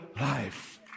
life